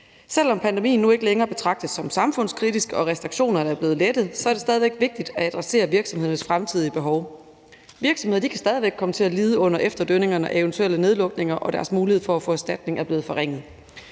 Selv om pandemien nu ikke længere betragtes som samfundskritisk og restriktionerne er blevet lettet, så er det stadig væk vigtigt at adressere virksomhedernes fremtidige behov. Virksomheder kan stadig væk komme til at lide under efterdønningerne af eventuelle nedlukninger, og deres mulighed for at få erstatning er blevet forringet.